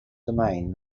domain